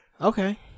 Okay